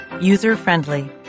User-Friendly